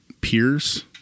peers